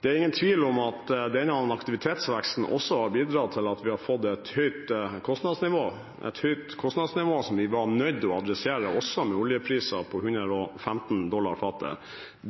Det er ingen tvil om at denne aktivitetsveksten også har bidratt til at vi har fått et høyt kostnadsnivå, som vi var nødt til å adressere også med oljepriser på 115 dollar per fat.